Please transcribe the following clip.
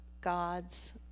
God's